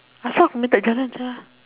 asal aku punya tak jalan sia